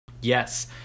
Yes